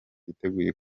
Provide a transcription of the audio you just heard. niteguye